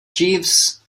jeeves